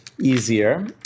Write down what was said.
easier